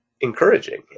Encouraging